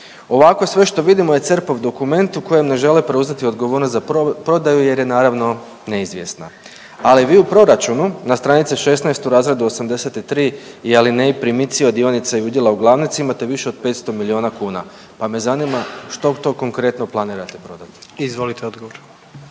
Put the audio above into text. Ovako sve što vidimo je crpov dokument u kojem ne žele preuzet odgovornost za prodaju jer je naravno neizvjesna. Ali vi u proračunu na str. 16 u razredu 83 i alineji Primici od dionica i udjela u glavnici imate više od 500 milijona kuna. Pa me zanima što to konkretno planirate prodati. **Jandroković,